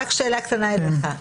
רק שאלה קטנה אליך,